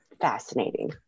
fascinating